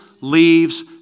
leaves